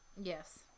Yes